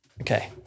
Okay